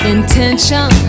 Intention